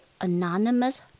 anonymous